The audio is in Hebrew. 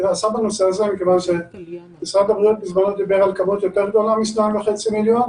מבחן התוצאה הוא לא מספר ההורדות כמו מספר האנשים החולים.